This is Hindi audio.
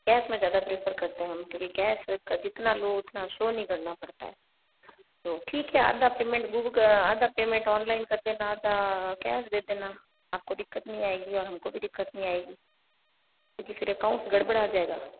कैश में ज़्यादा प्रिफर करते हैं हम क्योंकि कैश का जितना लो उतना शो नहीं करना पड़ता है तो ठीक है तो आधा पेमेंट आधा पेमेंट ऑनलाइन कर देना आधा कैश दे देना आपको दिक्कत नहीं आएगी और हमको भी दिक्कत नहीं आएगी क्योंकि फिर अकाउंट गड़बड़ा जाएगा